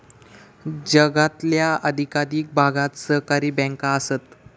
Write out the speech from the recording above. जगातल्या अधिकाधिक भागात सहकारी बँका आसत